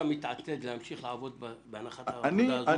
האם אתה מתעתד להמשיך לעבוד בהנחת העבודה הזו?